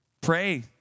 Pray